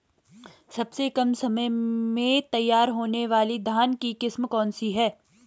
सबसे कम समय में तैयार होने वाली धान की किस्म कौन सी है?